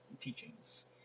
teachings